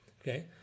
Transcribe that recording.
Okay